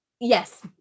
Yes